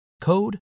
code